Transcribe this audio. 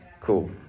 cool